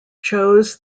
chose